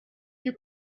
you